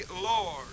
Lord